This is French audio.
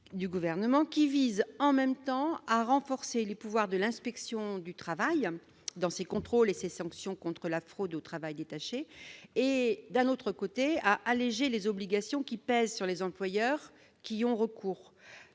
qui tend, en même temps, à renforcer les pouvoirs de l'inspection du travail dans ses contrôles et ses sanctions contre la fraude au travail détaché et à alléger les obligations pesant sur les employeurs qui y ont recours.